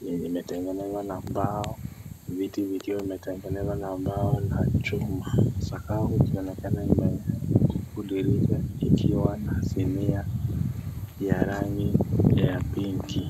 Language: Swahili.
yenye imetengenezwa na mbao. Viti vikiwa vimetengenezwa na mbao na chuma. Sakafu ikionekana imen'gara huku dirisha likiwa na sinia ya rangi ya pinki.